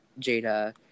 Jada